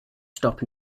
stop